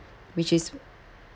which is